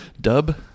Dub